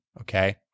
okay